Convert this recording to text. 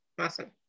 awesome